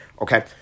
Okay